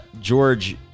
George